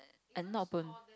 I'm not ~